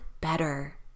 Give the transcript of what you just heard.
better